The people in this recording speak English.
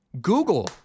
Google